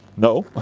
no?